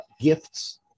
gifts